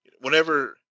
whenever